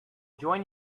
join